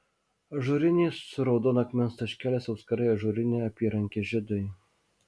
ažūriniai su raudono akmens taškeliais auskarai ažūrinė apyrankė žiedai